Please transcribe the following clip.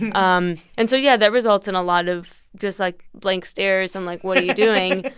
and um and so yeah, that results in a lot of just, like, blank stares and like, what are you doing?